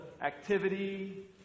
activity